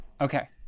Okay